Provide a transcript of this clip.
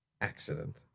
accident